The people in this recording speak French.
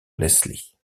leslie